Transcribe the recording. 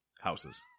houses